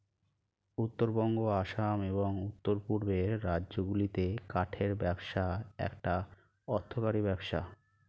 উত্তরবঙ্গ, আসাম, এবং উওর পূর্বের রাজ্যগুলিতে কাঠের ব্যবসা একটা অর্থকরী ব্যবসা